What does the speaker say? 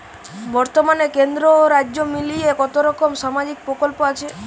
বতর্মানে কেন্দ্র ও রাজ্য মিলিয়ে কতরকম সামাজিক প্রকল্প আছে?